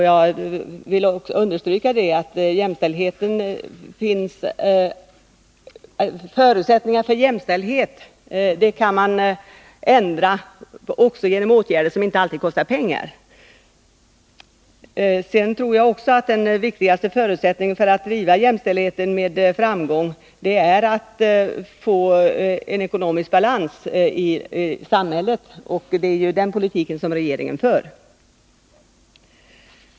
Jag vill understryka att man kan ändra på förutsättningarna för jämställdhet även genom åtgärder som inte alltid kostar pengar. Sedan tror jag att den viktigaste förutsättningen för att driva jämställdheten med framgång är att få en ekonomisk balans i samhället. Det är ju den politiken som regeringen för.